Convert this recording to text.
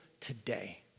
today